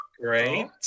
great